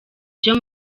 byo